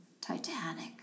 Titanic